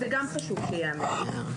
זה גם חשוב שייאמר כאן.